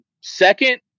Second